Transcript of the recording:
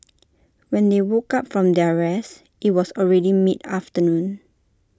when they woke up from their rest IT was already mid afternoon